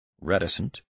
reticent